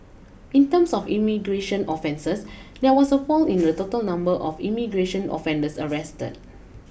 in terms of immigration offences there was a fall in the total number of immigration offenders arrested